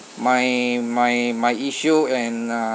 my my my issue and uh